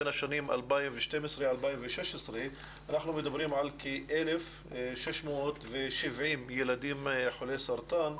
בין השנים 2012 עד 2016 אנחנו מדברים על כ-1,670 ילדים חולי סרטן,